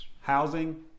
Housing